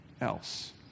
else